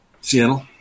Seattle